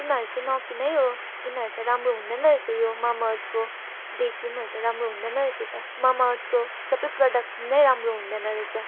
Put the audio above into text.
तिमीहरू चाहिँ नकिन है यो यिनीहरू त राम्रो हुँदैन रहेछ यो मामर्थको डे क्रिमहरू त राम्रो हुँदैन रहेछ त मामार्थको सबै प्रडक्ट नै राम्रो हुँदैन रहेछ